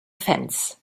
fence